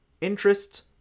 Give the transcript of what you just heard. interests